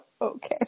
okay